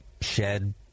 shed